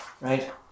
right